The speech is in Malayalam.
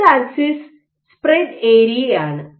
എക്സ് ആക്സിസ് സ്പ്രെഡ് ഏരിയയാണ്